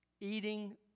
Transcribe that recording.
eating